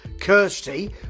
Kirsty